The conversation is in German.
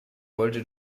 wollte